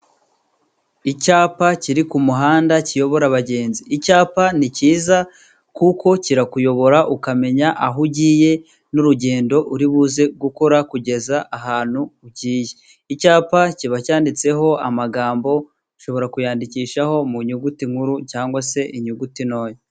Icyapa kiri ku muhanda kiyobora abagenzi. Icyapa ni cyiza kuko kirakuyobora ukamenya aho ugiye. N'urugendo uribuze gukora, kugeza ahantu ugiye. Icyapa kiba cyanditseho amagambo. Ushobora kuyandikishaho mu nyuguti nkuru cyangwa se inyuguti ntoya.